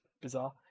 bizarre